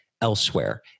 elsewhere